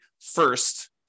first